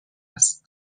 است